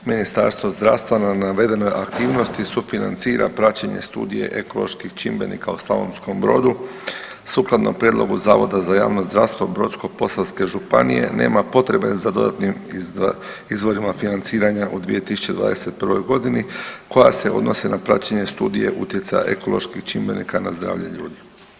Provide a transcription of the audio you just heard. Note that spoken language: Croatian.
Ministarstvo zdravstva na navedenoj aktivnosti sufinancira praćenje studije ekoloških čimbenika u Slavonskoj Brodu, sukladno prijedlogu Zavoda za javnog zdravstvo Brodsko Posavske županije nema potrebe za dodatnim izvorima financiranja u 2021.godini koja se odnosi na praćenje studije utjecaja ekoloških čimbenika na zdravlje ljudi.